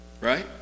right